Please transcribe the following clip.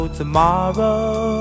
tomorrow